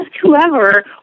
whoever